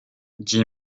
dit